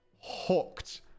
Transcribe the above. hooked